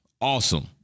Awesome